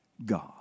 God